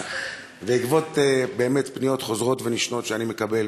בעקבות באמת פניות חוזרות ונשנות שאני מקבל,